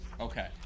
Okay